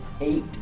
eight